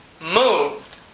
moved